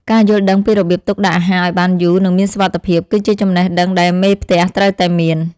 ការយល់ដឹងពីរបៀបទុកដាក់អាហារឱ្យបានយូរ និងមានសុវត្ថិភាព គឺជាចំណេះដឹងដែលមេផ្ទះត្រូវតែមាន។